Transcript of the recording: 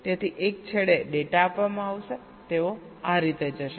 તેથી એક છેડે ડેટા આપવામાં આવશે તેઓ આ રીતે જશે